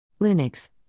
linux